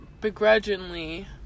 begrudgingly